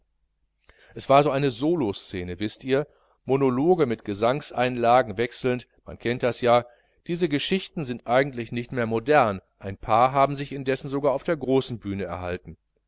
es war so eine soloszene wißt ihr monologe mit gesangseinlagen wechselnd man kennt das ja diese geschichten sind eigentlich nicht mehr modern ein paar haben sich indessen sogar auf der großen bühne erhalten